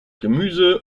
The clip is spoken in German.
gemüse